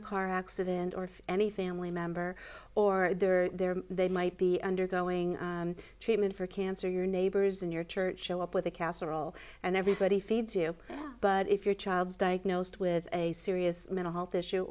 a car accident or any family member or they're there they might be undergoing treatment for cancer your neighbors and your church show up with a casserole and everybody feeds you but if your child is diagnosed with a serious mental health issue